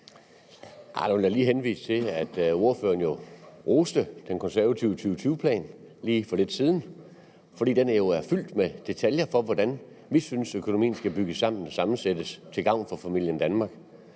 vil da lige henvise til, at ordføreren jo roste den konservative 2020-plan for lidt siden, fordi den jo er fyldt med detaljer om, hvordan vi synes at økonomien skal bygges sammen og sammensættes til gavn for familien Danmark.